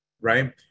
right